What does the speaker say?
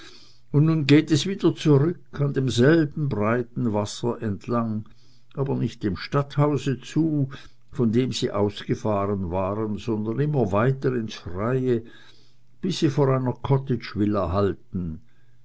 und nun geht es wieder zurück an demselben breiten wasser entlang aber nicht dem stadthause zu von dem sie ausgefahren waren sondern immer weiter ins freie bis sie vor einer cottage villa halten